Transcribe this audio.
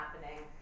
happening